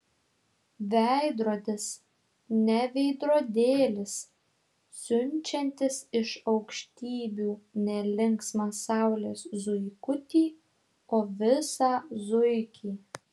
veidrodis ne veidrodėlis siunčiantis iš aukštybių ne linksmą saulės zuikutį o visą zuikį